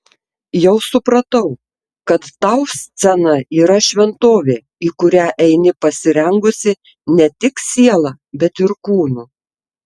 jau supratau kad tau scena yra šventovė į kurią eini pasirengusi ne tik siela bet ir kūnu